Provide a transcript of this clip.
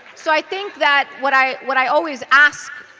so i think that what i what i always ask,